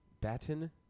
batten